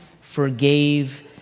forgave